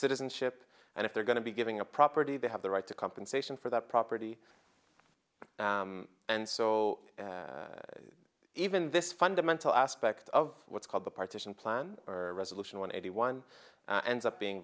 citizenship and if they're going to be giving a property they have the right to compensation for that property and so even this fundamental aspect of what's called the partition plan or a resolution one eighty one and up being